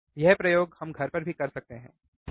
यह प्रयोग हम घर पर भी कर सकते हैं ठीक है